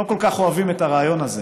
הם לא כל כך אוהבים את הרעיון הזה